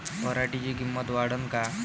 पराटीची किंमत वाढन का?